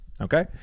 okay